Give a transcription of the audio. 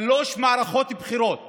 שלוש מערכות בחירות